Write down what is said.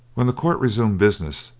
when the court resumed business,